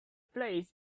plays